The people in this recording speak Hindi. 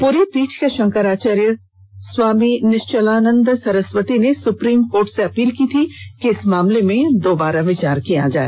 पुरी पीठ के शंकराचार्य स्वामी निश्चलानंद सरस्वती ने सुप्रीम कोर्ट से अपील की थी कि इस मामले में दोबारा विचार करें